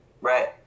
right